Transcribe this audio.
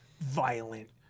violent